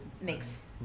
Mix